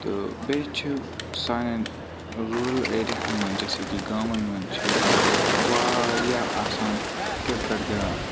تہٕ بیٚیہِ چھِ سانٮ۪ن روٗلَر ایریاہَن منٛز جیسے کہِ گامَن منٛز چھِ واریاہ آسان کِرکَٹ گِنٛدان